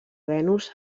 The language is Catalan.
venus